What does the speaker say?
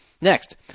Next